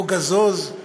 או "גזוז",